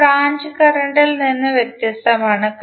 ഇത് ബ്രാഞ്ച് കറന്റിൽ നിന്ന് വ്യത്യസ്തമാണ്